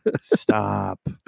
stop